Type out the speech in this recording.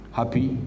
happy